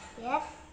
Yes